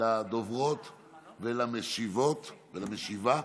לדוברות ולמשיבה.